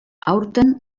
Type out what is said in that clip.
aurten